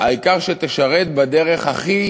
העיקר שתשרת בדרך הכי